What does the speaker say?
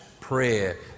prayer